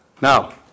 Now